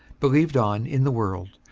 believed on in the world,